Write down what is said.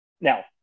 Now